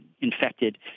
infected